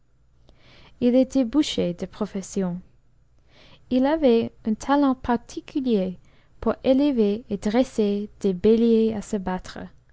majesté était boucher de profession h avait un talent particulier pour élever et dresser des béliers à se battre